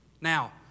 Now